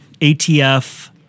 ATF